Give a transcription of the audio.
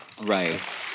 right